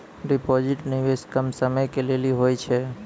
Deposit निवेश कम समय के लेली होय छै?